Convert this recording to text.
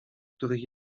których